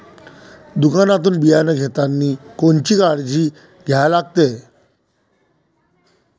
दुकानातून बियानं घेतानी कोनची काळजी घ्या लागते?